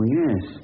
yes